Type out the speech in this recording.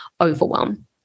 overwhelm